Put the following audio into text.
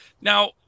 Now